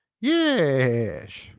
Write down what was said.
yes